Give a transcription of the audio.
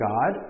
God